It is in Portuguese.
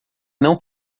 não